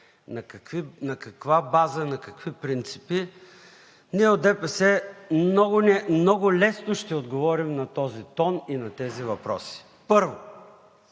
на каква база, на какви принципи. Ние от ДПС много лесно ще отговорим на този тон и на тези въпроси. Първо,